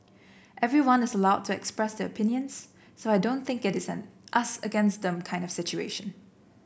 everyone is allowed to express their opinions so I don't think it is an us against them kind of situation